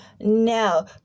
No